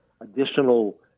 additional